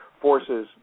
forces